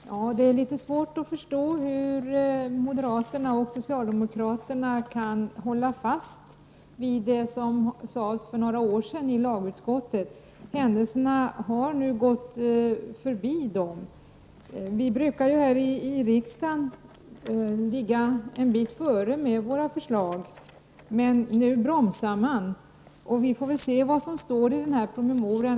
Fru talman! Det är litet svårt att förstå hur moderaterna och socialdemokraterna kan hålla fast vid det som sades för några år sedan i lagutskottet. Händelserna har nu gått förbi dem. Här i riksdagen brukar vi ligga litet före med våra förslag, men nu bromsar man, och vi får väl se vad som står i promemorian.